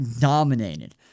dominated